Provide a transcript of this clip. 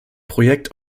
projekt